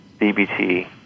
DBT